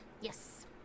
Yes